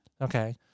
Okay